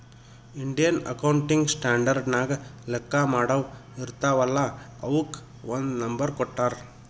Indian accounting standard ನಾಗ್ ಲೆಕ್ಕಾ ಮಾಡಾವ್ ಇರ್ತಾವ ಅಲ್ಲಾ ಅವುಕ್ ಒಂದ್ ನಂಬರ್ ಕೊಟ್ಟಾರ್